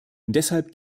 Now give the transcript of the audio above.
deshalb